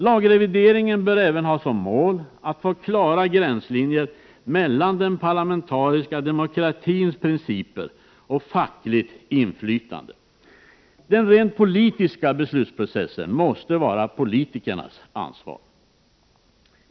Lagrevideringen bör även ha som mål att åstadkomma klara gränslinjer mellan den parlamentariska demokratins principer och fackligt inflytande. Den rent politiska beslutsprocessen måste vara politikernas ansvar.